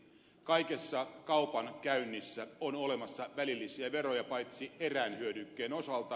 kaikessa kaupankäynnissä on olemassa välillisiä veroja paitsi erään hyödykkeen osalta